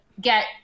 get